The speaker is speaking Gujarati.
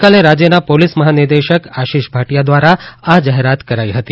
ગઇકાલે રાજયના પોલીસ મહાનિર્દેશક આશિષ ભાટીયા ધ્વારા આ જાહેરાત કરાઇ હતી